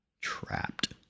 trapped